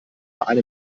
eine